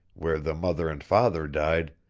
where the mother and father died,